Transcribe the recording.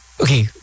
Okay